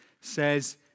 says